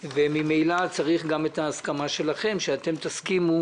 וממילא צריך גם את ההסכמה שלכם, שאתם תסכימו